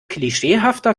klischeehafter